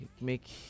make